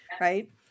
Right